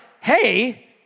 hey